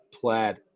plaid